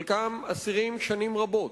חלקם אסירים שנים רבות,